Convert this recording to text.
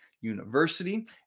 University